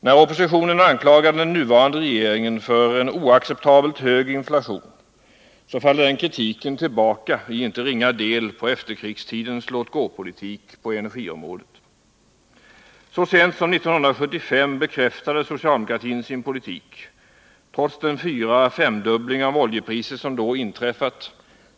När oppositionen anklagar den nuvarande regeringen för oacceptabelt hög inflation, så faller den kritiken i inte ringa del tillbaka på efterkrigstidens låtgåpolitik på energiområdet. Så sent som 1975 bekräftade socialdemokratin sin politik, trots den fyraå femdubbling av oljepriset som då inträffat.